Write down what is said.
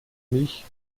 mich